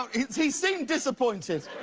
ah he seemed disappointed.